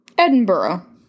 Edinburgh